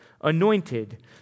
anointed